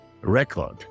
record